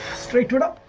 street journal